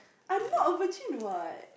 I'm not a virgin what